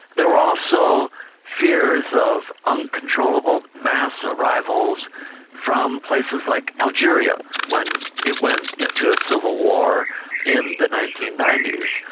there were also fears of uncontrollable mass arrivals from places like algeria, when it went into a civil war in the nineteen ninety s.